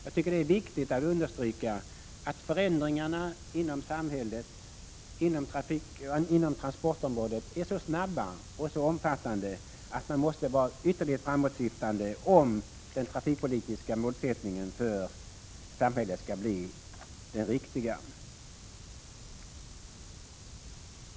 Jag tycker det är viktigt att understryka att förändringarna inom transportområdet är så snabba och så omfattande att man måste vara ytterligt framåtsyftande, om den trafikpolitiska målsättningen för samhället skall bli den riktiga.